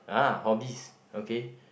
uh hobbies okay